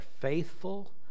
faithful